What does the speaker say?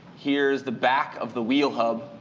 here's the back of the wheelhub